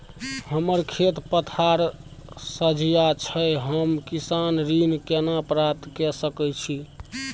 हमर खेत पथार सझिया छै हम किसान ऋण केना प्राप्त के सकै छी?